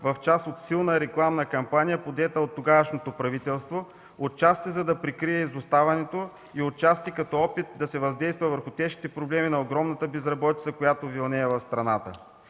в част от силна рекламна кампания, подета от тогавашното правителство, отчасти за да прикрие изоставането и отчасти като опит да се въздейства върху тежките проблеми на огромната безработица, която вилнее в страната.